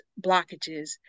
blockages